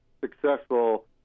successful